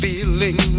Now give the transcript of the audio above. Feeling